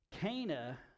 Cana